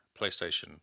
PlayStation